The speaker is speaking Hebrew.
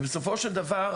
ובסופו של דבר,